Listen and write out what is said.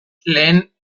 lehen